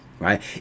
right